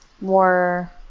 more